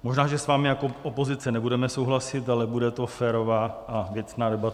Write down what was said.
Možná že s vámi jako opozice nebudeme souhlasit, ale bude to férová a věcná debata.